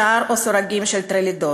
שער או סורגים של "טרלידור".